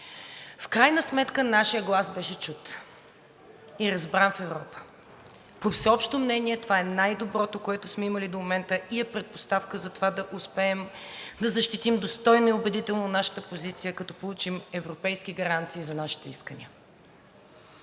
В крайна сметка нашият глас беше чут и разбран в Европа. По всеобщо мнение това е най-доброто, което сме имали до момента и е предпоставка за това да успеем да защитим достойно и убедително нашата позиция, като получим европейски гаранции за нашето искане.